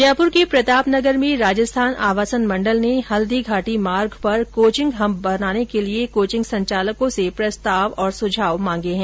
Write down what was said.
जयपुर के प्रतापनगर में राजस्थान आवासन मंडल ने हल्दीघाटी मार्ग पर कोचिंग हब बनाने के लिए कोचिंग संचालकों से प्रस्ताव और सुझाव मांगे है